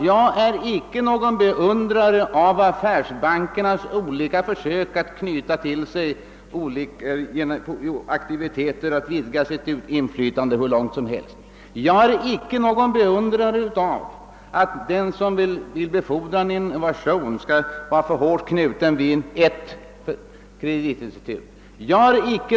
Jag är icke någon vän av affärsbankernas försök att till sig knyta olika aktiviteter och att vidga sitt inflytande hur mycket som helst. Jag är icke någon vän av ett system som tvingar den som vill befordra en innovation att bli för hårt knuten till ett kreditinstitut.